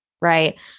right